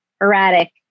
erratic